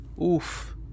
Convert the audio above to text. oof